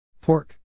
Pork